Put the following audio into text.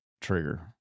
trigger